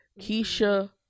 Keisha